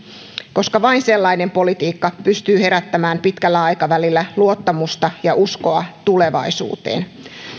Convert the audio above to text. koska vain sellainen politiikka pystyy herättämään pitkällä aikavälillä luottamusta ja uskoa tulevaisuuteen